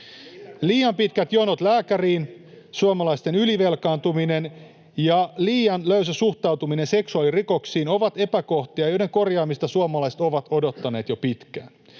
Liian pitkät jonot lääkäriin, suomalaisten ylivelkaantuminen ja liian löysä suhtautuminen seksuaalirikoksiin ovat epäkohtia, joiden korjaamista suomalaiset ovat odottaneet jo pitkään.